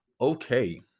Okay